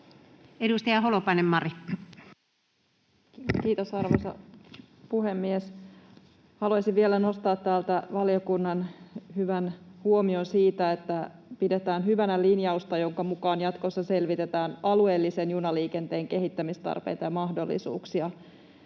12:41 Content: Kiitos, arvoisa puhemies! Haluaisin vielä nostaa täältä valiokunnan hyvän huomion siitä, että pidetään hyvänä linjausta, jonka mukaan jatkossa selvitetään alueellisen junaliikenteen kehittämistarpeita ja -mahdollisuuksia.